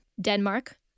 Denmark